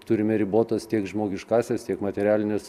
turime ribotas tiek žmogiškąsias tiek materialinius